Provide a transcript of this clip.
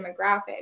demographic